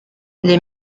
les